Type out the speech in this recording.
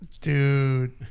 Dude